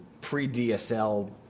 pre-DSL